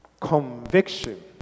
Conviction